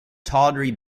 tawdry